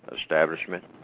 establishment